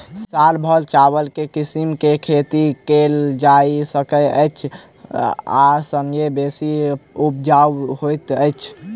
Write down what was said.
साल भैर चावल केँ के किसिम केँ खेती कैल जाय सकैत अछि आ संगे बेसी उपजाउ होइत अछि?